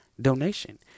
donation